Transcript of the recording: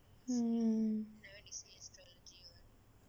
mm